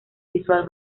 visual